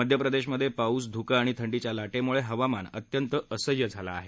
मध्यप्रदेशमध्ये पाऊस ध्कं आणि थंडीच्या लाटेम्ळे हवामान अत्यंत असह्य झालं आहे